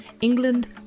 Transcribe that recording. England